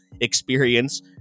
experience